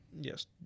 Yes